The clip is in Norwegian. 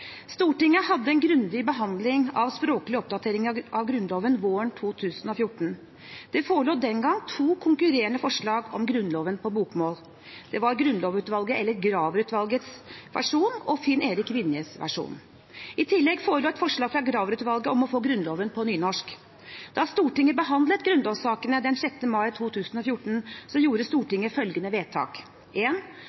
Stortinget hadde en grundig behandling av språklige oppdateringer av Grunnloven våren 2014. Det forelå den gang to konkurrerende forslag om Grunnloven på bokmål. Det var Grunnlovsspråkutvalgets – Graver-utvalget – versjon og Finn-Erik Vinjes versjon. I tillegg forelå et forslag fra Graver-utvalget om å få Grunnloven på nynorsk. Da Stortinget behandlet grunnlovssakene